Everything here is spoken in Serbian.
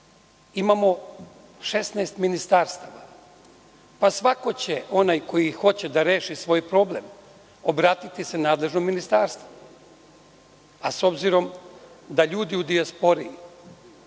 imamo 16 ministarstava. Svako, onaj koji hoće da reši svoj problem, obratiće se nadležnom ministarstvu. S obzirom da su ljudi u dijaspori